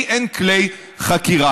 לי אין כלי חקירה,